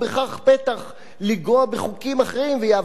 בחוקים אחרים ויעבירו את השבת ליום שלישי,